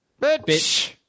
Bitch